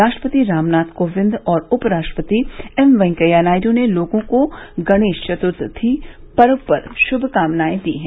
राष्ट्रपति रामनाथ कोविंद और उप राष्ट्रपति एम वैकेया नायडू ने लोगों को गणेश चत्र्थी पर्व पर शुभकामनाए दी हैं